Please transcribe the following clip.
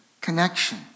connection